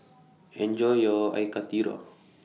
Enjoy your Air Karthira